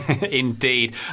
indeed